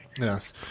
Yes